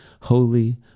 Holy